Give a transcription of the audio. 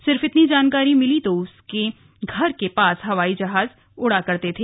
सिर्फ इतनी जानकारी मिली कि उसके घर के पास हवाई जहाज उड़ा करते थे